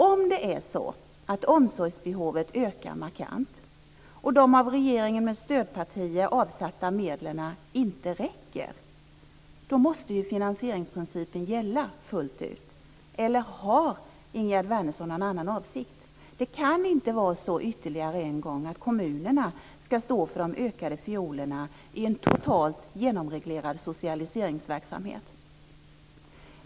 Om omsorgsbehovet ökar markant och de av regeringen med stödpartier avsatta medlen inte räcker måste finansieringsprincipen gälla fullt ut. Eller har Ingegerd Wärnersson någon annan avsikt? Det kan inte vara så ytterligare en gång att kommunerna ska stå för fiolerna och de ökade kostnaderna i en totalt genomreglerad socialiseringsverksamhet.